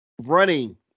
running